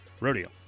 rodeo